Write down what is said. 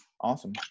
Awesome